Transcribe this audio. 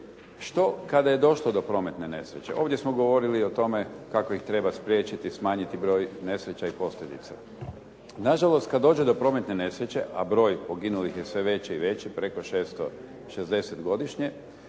Što kada je došlo do prometne nesreće? Ovdje smo govorili o tome kako ih treba spriječiti, smanjiti broj nesreća i posljedica. Na žalost, kada dođe do prometne nesreće, a broj je poginuli je sve veći preko 660 godišnje,